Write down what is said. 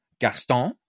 Gaston